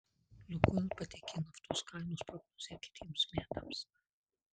lukoil pateikė naftos kainos prognozę kitiems metams